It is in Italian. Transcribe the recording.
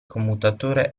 commutatore